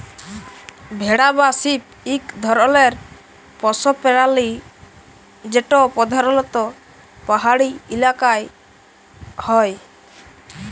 ভেড়া বা শিপ ইক ধরলের পশ্য পেরালি যেট পরধালত পাহাড়ি ইলাকায় হ্যয়